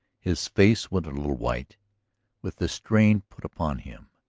his face went a little white with the strain put upon him.